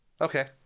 Okay